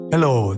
Hello